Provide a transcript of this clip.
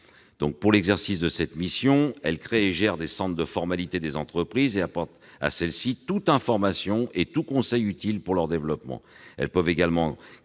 « Pour l'exercice de cette mission, elles créent et gèrent des centres de formalités des entreprises et apportent à celles-ci toutes informations et tous conseils utiles pour leur développement.